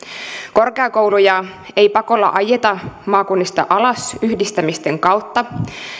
korkeakouluja ei pakolla ajeta maakunnista alas yhdistämisten kautta